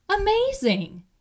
amazing